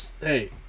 hey